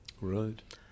right